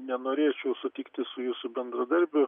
nenorėčiau sutikti su jūsų bendradarbiu